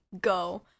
Go